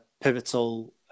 pivotal